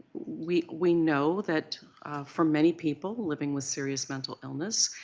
we we know that for many people living with serious mental illness